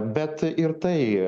bet ir tai